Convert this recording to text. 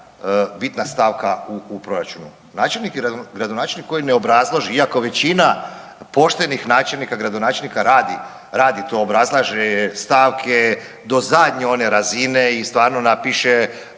bitna stavka u proračunu. Načelnik i gradonačelnik koji ne obrazlaže, iako većina poštenih načelnika i gradonačelnika radi to obrazlaže stavke, do zadnje one razine i stvarno napiše